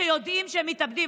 שיודעים שהם מתאבדים,